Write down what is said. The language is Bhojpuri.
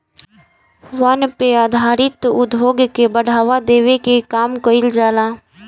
वन पे आधारित उद्योग के बढ़ावा देवे के काम कईल जाला